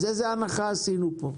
אז איזו הנחה עשינו פה?